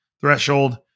Threshold